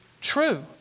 True